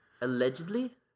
Allegedly